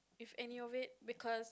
if any of it because